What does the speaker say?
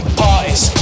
parties